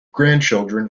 grandchildren